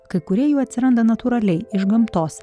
kai kurie jų atsiranda natūraliai iš gamtos